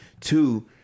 Two